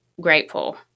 grateful